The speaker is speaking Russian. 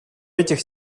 этих